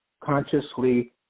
consciously